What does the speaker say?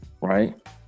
Right